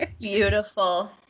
beautiful